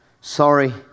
sorry